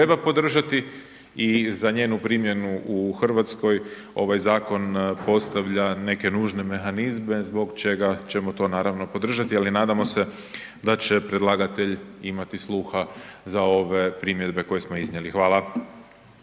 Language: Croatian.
treba podržati i za njenu primjenu u Hrvatskoj ovaj zakon postavlja neke nužne mehanizme zbog čega ćemo to naravno, podržati, ali nadamo se da će predlagatelj imati sluha za ove primjedbe koje smo iznijeli. Hvala.